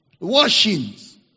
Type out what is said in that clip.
Washings